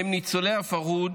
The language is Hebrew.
הם ניצולי הפרהוד.